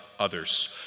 others